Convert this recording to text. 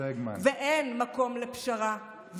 ואין מקום לפשרה,